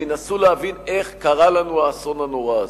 וינסו להבין איך קרה לנו האסון הנורא הזה.